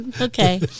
okay